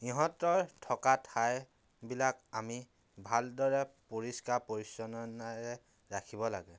ইহঁতৰ থকা ঠাইবিলাক আমি ভালদৰে পৰিষ্কাৰ পৰিচ্ছন্নতাৰে ৰাখিব লাগে